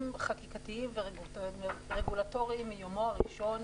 חקיקתיים ורגולטוריים מיומו הראשון.